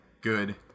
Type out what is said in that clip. good